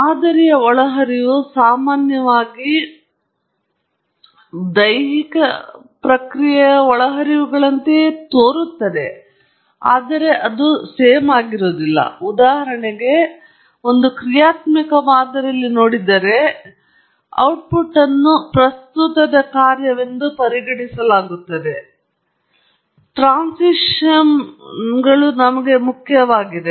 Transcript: ಮಾದರಿಯ ಒಳಹರಿವು ಸಾಮಾನ್ಯವಾಗಿ ಹೆಚ್ಚು ಅಥವಾ ಪ್ರಕ್ರಿಯೆಗೆ ಹೋಗುವ ಒಳಹರಿವುಗಳಂತೆಯೇ ಇರುತ್ತದೆ ಆದರೆ ಉದಾಹರಣೆಗೆ ನೀವು ಒಂದು ಕ್ರಿಯಾತ್ಮಕ ಮಾದರಿಯಲ್ಲಿ ನೋಡಿದರೆ ಕ್ರಿಯಾತ್ಮಕ ಮಾದರಿಯಲ್ಲಿ ಔಟ್ಪುಟ್ ಅನ್ನು ಪ್ರಸ್ತುತದ ಕಾರ್ಯವೆಂದು ಪರಿಗಣಿಸಲಾಗುತ್ತದೆ ಮತ್ತು ಕಳೆದ ಏಕೆಂದರೆ ಟ್ರಾನ್ಸಿಷಿಯಂಗಳು ನಮಗೆ ಮುಖ್ಯವಾಗಿದೆ